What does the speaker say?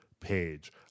page